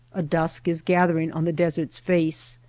a dusk is gathering on the desert's face,